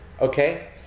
Okay